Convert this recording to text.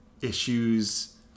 issues